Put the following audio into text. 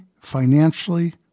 financially